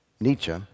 Nietzsche